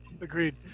agreed